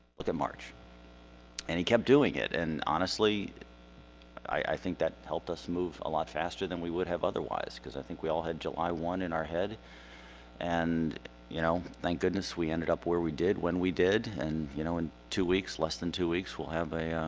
look at march and he kept doing it and honestly i i think that helped us move a lot faster than we would have otherwise because i think we all had july one in our head and you know thank goodness we ended up where we did when we did and you know in two weeks less than two weeks we'll have a